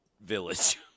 village